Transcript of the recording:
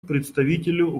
представителю